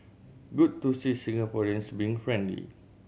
good to see Singaporeans being friendly